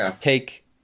take